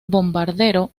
bombardero